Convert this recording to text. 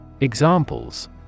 examples